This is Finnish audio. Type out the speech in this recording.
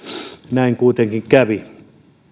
näin kuitenkin kävi